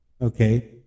okay